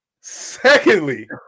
Secondly